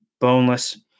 boneless